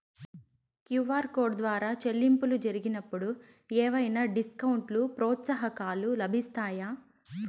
QR code ద్వారా చెల్లింపులు జరిగినప్పుడు ఏవైనా డిస్కౌంట్ లు, ప్రోత్సాహకాలు లభిస్తాయా?